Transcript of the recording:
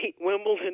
Wimbledon